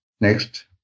Next